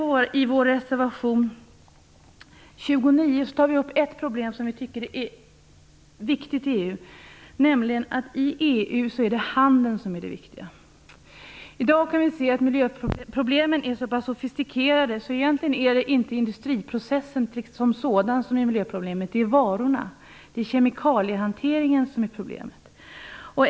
I vår reservation 29 tar vi upp ett problem som vi tycker är viktigt i EU, nämligen att det i EU är handeln som är det viktiga. I dag är miljöproblemen så sofistikerade att det egentligen inte är industriprocessen som sådan som är miljöproblemet utan varorna. Det är kemikaliehanteringen som är problemet.